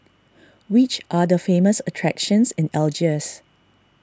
which are the famous attractions in Algiers